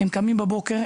קמים בבוקר,